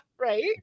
Right